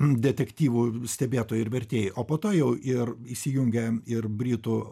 detektyvų stebėtojai ir vertėjai o po to jau ir įsijungė ir britų